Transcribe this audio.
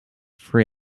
for